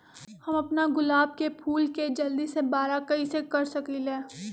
हम अपना गुलाब के फूल के जल्दी से बारा कईसे कर सकिंले?